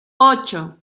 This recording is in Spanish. ocho